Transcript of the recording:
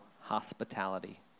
hospitality